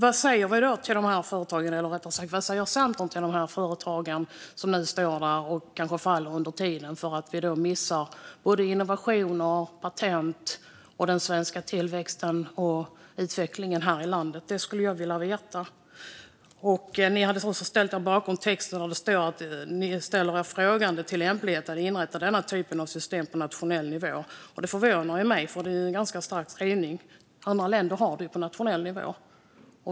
Vad säger Centern till de företag som faller ifrån under tiden? Vi missar innovationer, patent och utveckling och tillväxt i vårt land. Av texten framgår att ni ställer er frågande till lämpligheten att inrätta denna typ av system på nationell nivå. Det förvånar mig eftersom det är en ganska stark skrivning. Andra länder har det på nationell nivå.